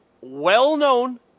well-known